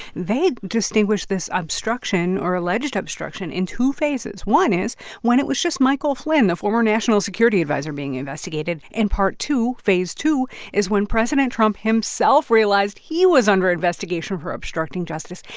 they distinguish this obstruction or alleged obstruction in two phases. one is when it was just michael flynn, the former national security adviser being investigated. and part two, phase two is when president trump himself realized he was under investigation for obstructing justice.